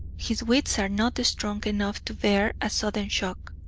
his wits are not strong enough to bear a sudden shock.